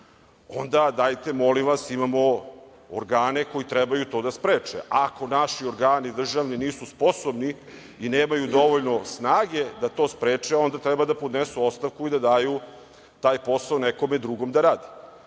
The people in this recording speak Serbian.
onda dajte, molim vas, imamo organe koji trebaju to da spreče. Ako naši organi državni nisu sposobni i nemaju dovoljno snage da to spreče, onda treba da podnesu ostavku i da daju taj posao nekome drugom da radi.